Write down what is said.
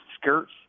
skirts